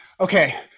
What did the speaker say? Okay